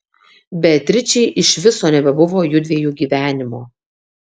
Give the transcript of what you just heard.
beatričei iš viso nebebuvo jųdviejų gyvenimo